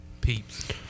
peeps